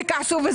וכעסו,